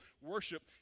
worship